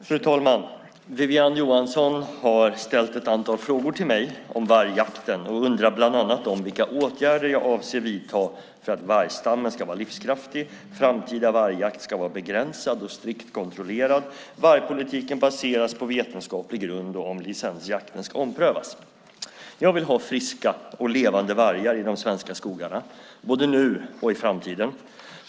Fru talman! Wiwi-Anne Johansson har ställt ett antal frågor till mig om vargjakten och undrar bland annat vilka åtgärder jag avser att vidta för att vargstammen ska vara livskraftig, framtida vargjakt ska vara "begränsad och strikt kontrollerad" och vargpolitiken ska baseras på vetenskaplig grund och om licensjakten ska omprövas. Jag vill ha friska och levande vargar i de svenska skogarna, både nu och i framtiden.